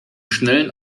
schnellen